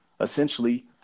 Essentially